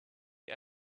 you